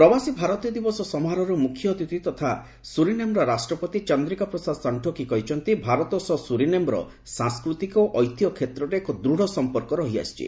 ପ୍ରବାସୀ ଭାରତୀୟ ଦିବସ ସମାରୋହର ମୁଖ୍ୟ ଅତିଥି ତଥା ସୁରିନେମ୍ର ରାଷ୍ଟ୍ରପତି ଚନ୍ଦ୍ରିକା ପ୍ରସାଦ ସଣ୍ଟ୍ରୋଖି କହିଚ୍ଚନ୍ତି ଭାରତ ସହ ସୁରିନେମ୍ର ସାଂସ୍କୃତି ଓ ଐତିହ୍ୟ କ୍ଷେତ୍ରିରେ ଏକ ଦୃଢ଼ ସମ୍ପର୍କ ରହିଆସିଛି